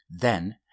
Then